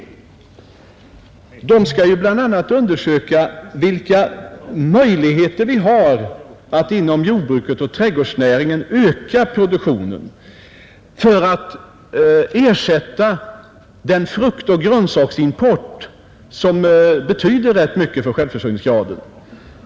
Man skall exempelvis undersöka vilka möjligheter som finns att inom jordbruket och trädgårdsnäringen öka produktionen för att ersätta den fruktoch grönsaksimport som betyder rätt mycket för självförsörjningsgraden.